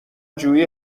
جویی